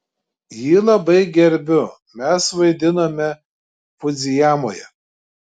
jį labai gerbiu mes vaidinome fudzijamoje